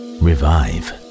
revive